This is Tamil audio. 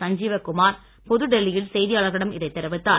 சஞ்சீவ குமார் புதுடெல்லியில் செய்தியாளர்களிடம் இதை தெரிவித்தார்